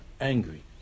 angry